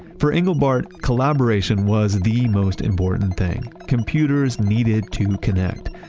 for engelbart, collaboration was the most important thing, computers needed to connect,